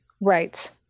Right